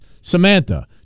Samantha